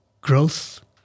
growth